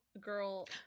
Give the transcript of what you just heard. Girl